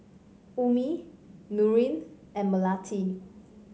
Ummi Nurin and Melati